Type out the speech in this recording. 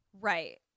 right